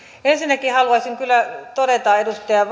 ensinnäkin haluaisin kyllä todeta edustaja